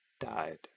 died